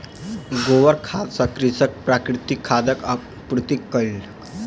गोबर खाद सॅ कृषक प्राकृतिक खादक आपूर्ति कयलक